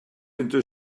into